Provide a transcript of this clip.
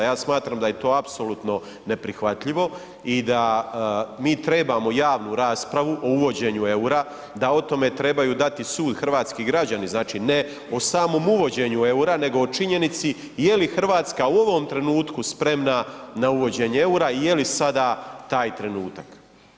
Ja smatram da je to apsolutno neprihvatljivo i da mi trebamo javnu raspravu o uvođenju EUR-a, da o tome trebaju dati sud hrvatski građani, znači ne o samom uvođenju EUR-a, nego o činjenici je li RH u ovom trenutku spremna na uvođenje EUR-a, je li sada taj trenutak.